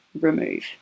remove